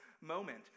moment